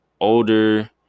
older